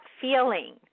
feeling